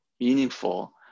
meaningful